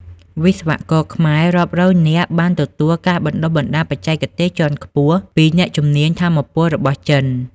វិស្វករខ្មែររាប់រយនាក់បានទទួលការបណ្ដុះបណ្ដាលបច្ចេកទេសជាន់ខ្ពស់ពីអ្នកជំនាញថាមពលរបស់ចិន។